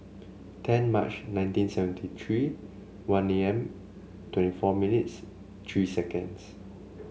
ten March nineteen seventy three one A M twenty four minutes three seconds